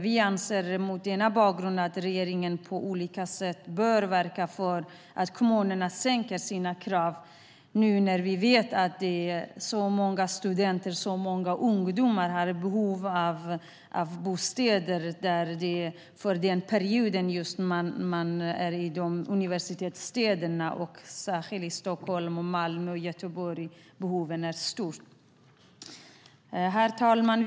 Vi anser mot denna bakgrund att regeringen på olika sätt bör verka för att kommunerna sänker sina krav, när vi vet att så många studenter och ungdomar har behov av bostäder just under den period man är i universitetsstäderna. Behoven är särskilt stora i Stockholm, Malmö och Göteborg. Herr talman!